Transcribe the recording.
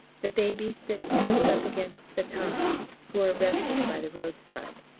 the babies sit close up against the tommies who are resting by the roadside.